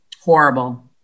horrible